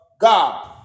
God